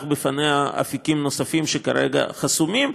לפניה אפיקים נוספים שכרגע חסומים.